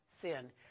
sin